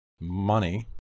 money